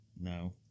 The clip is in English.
No